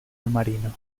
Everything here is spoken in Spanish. marino